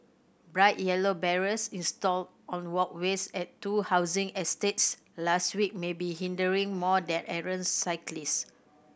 bright yellow barriers installed on walkways at two housing estates last week may be hindering more than errant cyclist